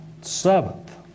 seventh